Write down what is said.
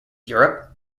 europe